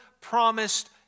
promised